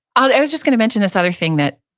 i was just going to mention this other thing that